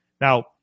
Now